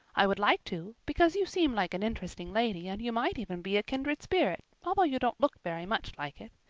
i would like to, because you seem like an interesting lady, and you might even be a kindred spirit although you don't look very much like it.